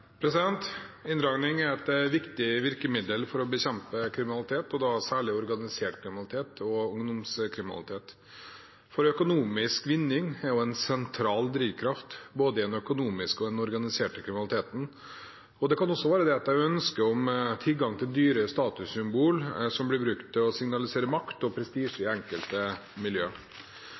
er et viktig virkemiddel for å bekjempe kriminalitet, og da særlig organisert kriminalitet og ungdomskriminalitet – for økonomisk vinning er jo en sentral drivkraft både i den økonomiske og den organiserte kriminaliteten. Det kan også være et ønske om tilgang til dyre statussymbol som blir brukt til å signalisere makt og prestisje i enkelte